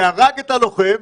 והרג את הלוחם.